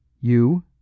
You